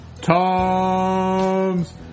Toms